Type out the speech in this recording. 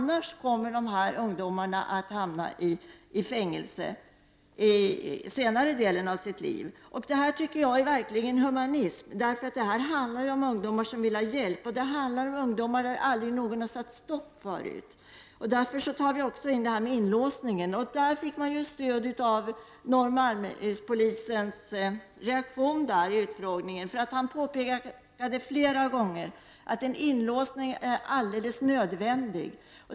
Annars kommer dessa ungdomar att hamna i fängelse senare i livet. Det här tycker jag verkligen är humanitet. Det handlar om ungdomar som vill ha hjälp, om ungdomar som aldrig någon har satt stopp för tidigare. Därför tar vi också med frågan om inlåsningen. I det fallet fick vi stöd i Norrmalmspolisens reaktion vid utfrågningen. Han påpekade flera gånger att en inlåsning är alldeles nödvändig.